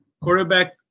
Quarterback